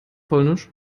polnisch